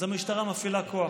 אז המשטרה מפעילה כוח.